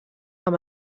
amb